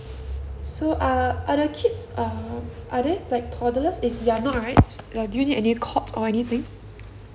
so uh are the kids uh are they like toddlers is they are not right do you need a cot or anything